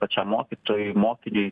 pačiam mokytojui mokiniui